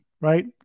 right